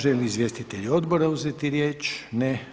Želi izvjestitelj odbora uzeti riječ, ne.